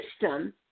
system